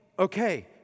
okay